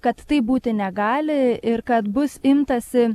kad taip būti negali ir kad bus imtasi